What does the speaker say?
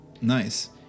Nice